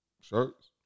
shirts